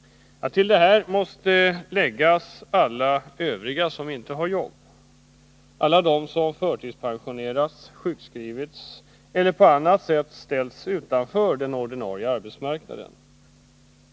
Till detta måste läggas alla övriga som inte har ett jobb, alla de som förtidspensionerats, sjukskrivits eller på annat sätt ställts utanför den ordinarie arbetsmarknaden.